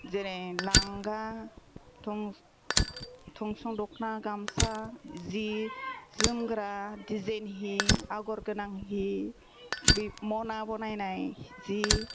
जेरै लांगा थं थंस' दखना गामसा जि जोमग्रा दिजेन हि आग'र गोनां हि बि मना बनायनाय जि